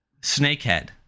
Snakehead